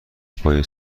پای